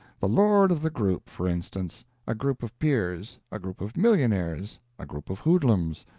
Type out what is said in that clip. the lord of the group, for instance a group of peers, a group of millionaires, a group of hoodlums,